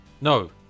No